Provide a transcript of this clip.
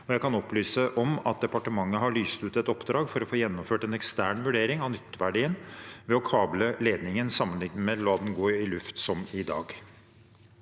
Jeg kan opplyse om at departementet har lyst ut et oppdrag for å få gjennomført en ekstern vurdering av nytteverdien ved å kable ledningen sammenliknet med å la den gå i luft, som i dag.